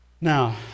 Now